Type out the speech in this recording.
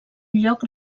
lloc